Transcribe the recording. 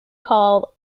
call